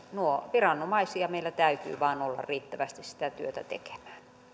viranomaisia meillä täytyy vain olla riittävästi sitä työtä tekemään